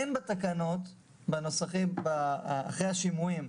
אין בטיוטות נוסחי התקנות אחרי השימועים,